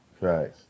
Right